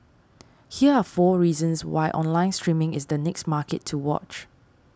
here are four reasons why online streaming is the next market to watch